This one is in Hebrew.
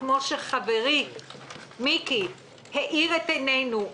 כפי שחברי מיקי האיר את עינינו,